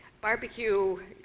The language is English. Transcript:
barbecue